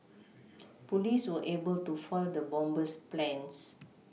police were able to foil the bomber's plans